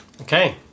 Okay